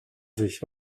sich